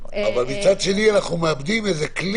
השרים)